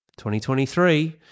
2023